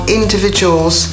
individuals